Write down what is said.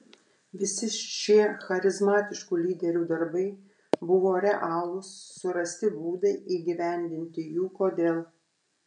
visi šie charizmatiškų lyderių darbai buvo realūs surasti būdai įgyvendinti jų kodėl